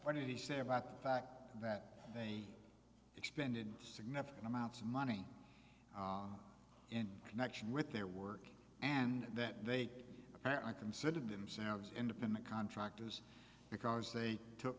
he said about the fact that they expended significant amounts of money in connection with their work and that they are considered themselves independent contractors because they took